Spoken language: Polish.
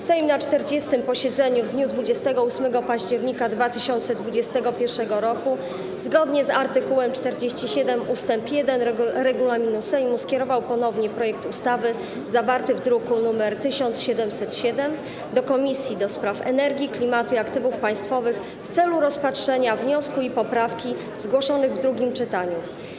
Sejm na 40. posiedzeniu w dniu 28 października 2021 r., zgodnie z art. 47 ust. 1 regulaminu Sejmu, skierował ponownie projekt ustawy zawarty w druku nr 1707 do Komisji do Spraw Energii, Klimatu i Aktywów Państwowych w celu rozpatrzenia wniosku i poprawki zgłoszonych w drugim czytaniu.